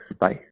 Bye